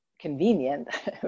convenient